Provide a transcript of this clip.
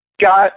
got